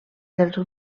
dels